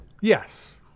Yes